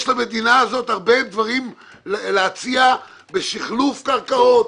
יש למדינה הזאת הרבה דברים להציע בשחלוף קרקעות,